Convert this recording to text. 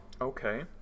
Okay